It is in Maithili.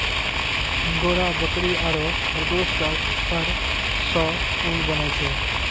अंगोरा बकरी आरो खरगोश के फर सॅ ऊन बनै छै